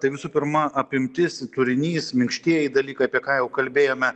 tai visų pirma apimtis turinys minkštieji dalykai apie ką jau kalbėjome